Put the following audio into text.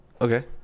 Okay